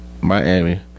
Miami